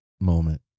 moment